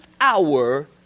hour